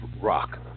rock